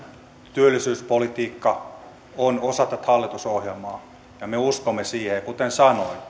työllisyyspolitiikka on osa tätä hallitusohjelmaa ja me uskomme siihen ja kuten sanoin